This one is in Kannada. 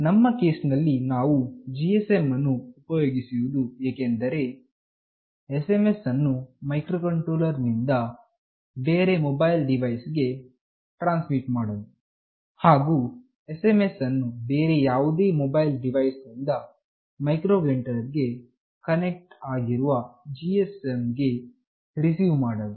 ನಮ್ಮ ಕೇಸಿನಲ್ಲಿ ನಾವು GSM ಅನ್ನು ಉಪಯೋಗಿಸಿರುವುದು ಏಕೆಂದರೆ SMS ಅನ್ನು ಮೈಕ್ರೋಕಂಟ್ರೋಲರ್ ನಿಂದ ಬೇರೆ ಮೊಬೈಲ್ ಡಿವೈಸ್ ಗೆ ಟ್ರಾನ್ಸ್ಮಿಟ್ ಮಾಡಲು ಹಾಗು SMS ಅನ್ನು ಬೇರೆ ಯಾವುದೇ ಮೊಬೈಲ್ ಡಿವೈಸ್ ನಿಂದ ಮೈಕ್ರೋಕಂಟ್ರೋಲರ್ಗೆ ಕನೆಕ್ಟ್ ಆಗಿರುವ GSM ಗೆ ರಿಸೀವ್ ಮಾಡಲು